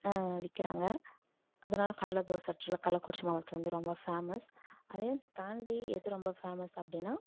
விற்கிறாங்க அப்புறம் கடலை தோசை ஆக்ஷுவலாக கள்ளகுறிச்சி மாவட்டத்தில் வந்து ரொம்ப ஃபேமஸ் அதையும் தாண்டி எது ரொம்ப ஃபேமஸ் அப்படின்னா